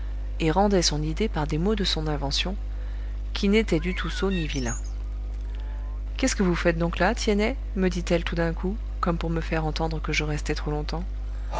et rendait son idée par des mots de son invention qui n'étaient du tout sots ni vilains qu'est-ce que vous faites donc là tiennet me dit-elle tout d'un coup comme pour me faire entendre que je restais trop longtemps